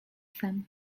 sen